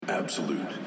Absolute